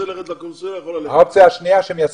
מי שרוצה ללכת לקונסוליה, יכול ללכת.